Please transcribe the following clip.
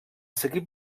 seguit